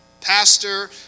pastor